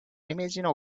imagine